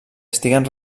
estiguen